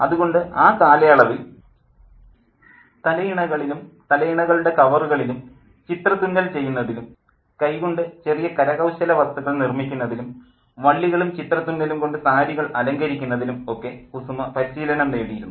അതുകൊണ്ട് ആ കാലയളവിൽ തലയിണകളിലും തലയിണകളുടെ കവറുകളിലും ചിത്രത്തുന്നൽ ചെയ്യുന്നതിലും കൈകൊണ്ട് ചെറിയ കരകൌശലവസ്തുക്കൾ നിർമ്മിക്കുന്നതിലും വള്ളികളും ചിത്രത്തുന്നലും കൊണ്ട് സാരികൾ അലങ്കരിക്കുന്നതിലും ഒക്കെ കുസുമ പരിശീലനം നേടിയിരുന്നു